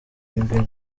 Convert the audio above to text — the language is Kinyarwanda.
mgr